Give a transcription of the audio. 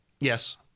Yes